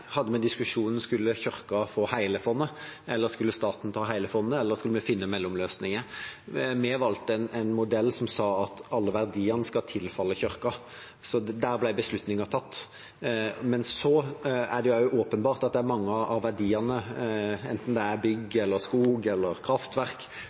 hadde vi diskusjonen om Kirken skulle få hele fondet, om staten skulle ta hele fondet, eller om vi skulle finne mellomløsninger. Vi valgte en modell som sa at alle verdiene skal tilfalle Kirken. Der ble beslutningen tatt. Men så er det åpenbart at det er mange av verdiene, enten det er